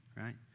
right